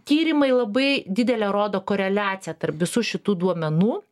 tyrimai labai didelę rodo koreliaciją tarp visų šitų duomenų